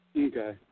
Okay